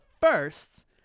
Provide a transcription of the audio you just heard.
first